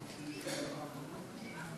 עמיתי חברי הכנסת,